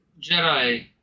Jedi